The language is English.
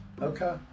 Okay